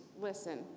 listen